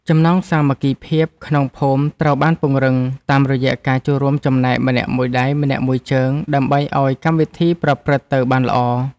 ចំណងសាមគ្គីភាពក្នុងភូមិត្រូវបានពង្រឹងតាមរយៈការចូលរួមចំណែកម្នាក់មួយដៃម្នាក់មួយជើងដើម្បីឱ្យកម្មវិធីប្រព្រឹត្តទៅបានល្អ។